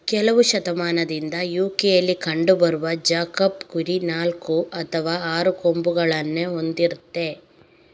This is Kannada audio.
ಕೆಲವು ಶತಮಾನದಿಂದ ಯು.ಕೆಯಲ್ಲಿ ಕಂಡು ಬರುವ ಜಾಕೋಬ್ ಕುರಿ ನಾಲ್ಕು ಅಥವಾ ಆರು ಕೊಂಬುಗಳನ್ನ ಹೊಂದಿರ್ತದೆ